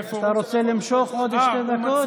תמשיך, תמשיך, אתה רוצה למשוך עוד שתי דקות?